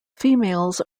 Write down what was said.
females